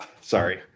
Sorry